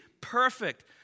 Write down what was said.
perfect